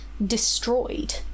destroyed